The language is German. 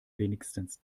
wenigstens